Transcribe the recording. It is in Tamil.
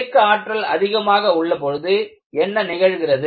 இயக்க ஆற்றல் அதிகமாக உள்ள பொழுது என்ன நிகழ்கிறது